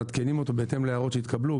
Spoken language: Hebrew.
מעדכנים אותו בהתאם להערות שהתקבלו,